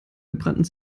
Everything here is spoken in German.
gebrannten